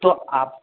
तो आप